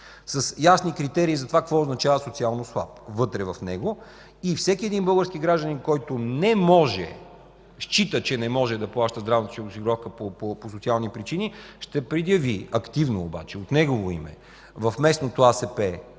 с ясни критерии за това какво означава социално слаб, вътре в него и всеки един български гражданин, който не може, счита, че не може да плаща здравната си осигуровка по социални причини, ще предяви, активно обаче, от негово име в местното АСП